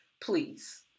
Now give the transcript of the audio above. please